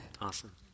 Awesome